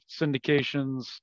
syndications